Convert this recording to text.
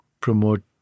promote